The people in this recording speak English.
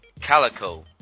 Calico